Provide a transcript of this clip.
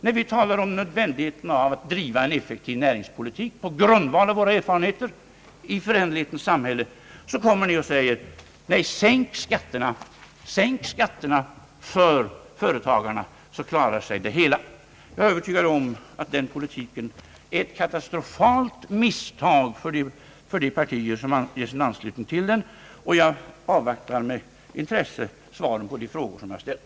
När vi talar om nödvändigheten av att driva en effektiv näringspolitik på grundval av våra erfarenheter i föränderlighetens samhälle, säger ni bara: »Sänk skatterna — sänk skatterna för företagarna, så klarar sig det hela.» Jag är övertygad om att den politiken är ett katastrofalt misstag för de partier som gett sin anslutning till den, och jag avvaktar med intresse svaret på de frågor jag har ställt.